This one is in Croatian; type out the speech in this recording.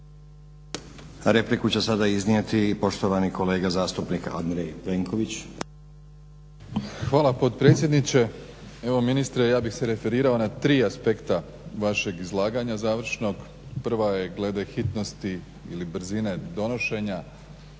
repliku će sada iznijeti poštovani kolega zastupnika Andrej Plenković. **Plenković, Andrej (HDZ)** Hvala potpredsjedniče. Evo ministre ja bih se referirao na 3 aspekta vašeg izlaganja završnog. Prva je glede hitnosti ili brzine donošenja,